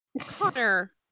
Connor